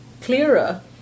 clearer